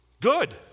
Good